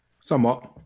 Somewhat